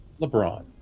LeBron